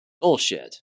Bullshit